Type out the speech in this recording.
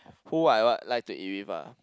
who I what like to eat with ah